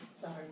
sorry